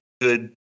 good